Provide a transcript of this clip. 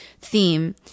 theme